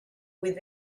with